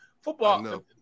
Football